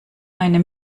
meine